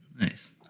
nice